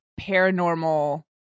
paranormal